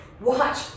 watch